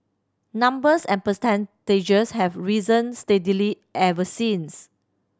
numbers and percentages have risen steadily ever since